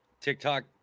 TikTok